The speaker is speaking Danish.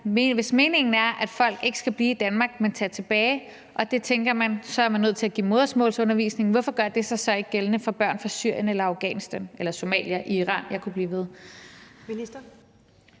hvis meningen er, at folk ikke skal blive i Danmark, men tage tilbage, og der tænker man, at man så er nødt til at give modersmålsundervisning, hvorfor gør det sig så ikke gældende for børn fra Syrien, Afghanistan eller Somalia, Iran, og jeg kunne blive ved? Kl.